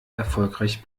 erfolgreich